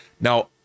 now